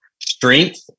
strength